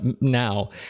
now